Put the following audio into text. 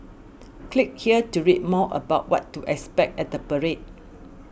click here to read more about what to expect at the parade